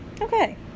Okay